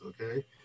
Okay